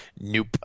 nope